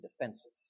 defensive